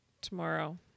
tomorrow